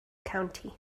county